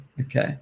okay